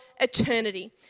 eternity